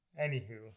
Anywho